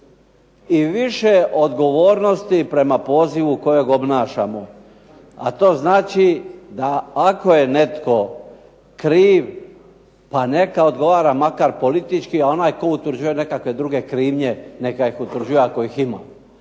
i više odgovornosti prema pozivu koga obnašamo, a to znači da ako je netko kriv, pa neka odgovara makar politički, a onaj tko utvrđuje nekakve druge krivnje neka ih utvrđuje ako ih ima.